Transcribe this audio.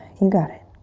you got it.